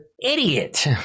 idiot